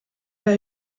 der